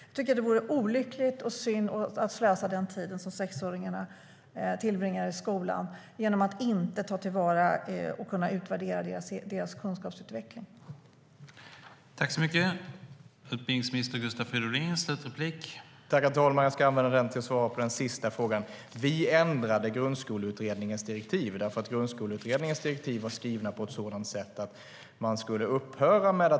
Jag tycker att det vore olyckligt och synd att slösa den tid som sexåringar tillbringar i skolan genom att inte ta till vara och kunna utvärdera deras kunskapsutveckling.